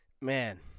Man